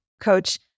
coach